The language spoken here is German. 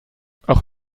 auch